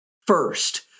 First